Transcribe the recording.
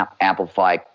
amplify